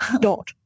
Dot